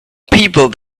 people